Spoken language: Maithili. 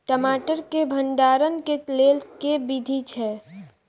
टमाटर केँ भण्डारण केँ लेल केँ विधि छैय?